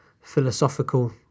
philosophical